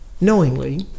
Knowingly